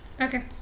okay